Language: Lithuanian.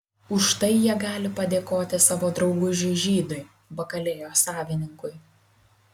už tai jie gali padėkoti savo draugužiui žydui bakalėjos savininkui